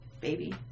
baby